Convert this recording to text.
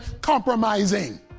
compromising